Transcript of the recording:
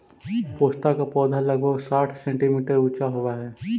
पोस्ता का पौधा लगभग साठ सेंटीमीटर ऊंचा होवअ हई